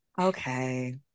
Okay